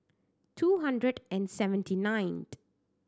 two hundred and seventy ninth